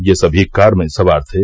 ये सभी कार में सवार थे